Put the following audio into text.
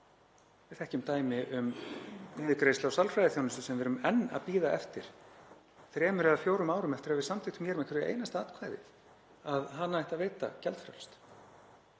Við þekkjum dæmi um niðurgreiðslu á sálfræðiþjónustu sem við erum enn að bíða eftir, þremur eða fjórum árum eftir að við samþykktum hér með hverju einasta atkvæði að hana ætti að veita gjaldfrjálst.